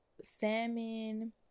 salmon